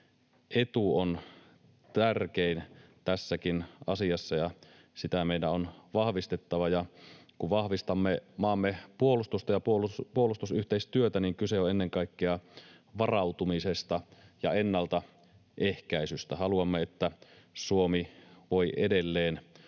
etu on tärkein tässäkin asiassa, ja sitä meidän on vahvistettava. Kun vahvistamme maamme puolustusta ja puolustusyhteistyötä, kyse on ennen kaikkea varautumisesta ja ennaltaehkäisystä. Haluamme, että Suomi voi edelleen